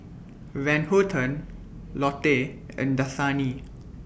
Van Houten Lotte and Dasani